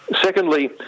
Secondly